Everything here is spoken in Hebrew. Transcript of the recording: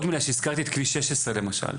הזכרתי את כביש 16 למשל.